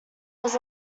was